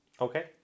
Okay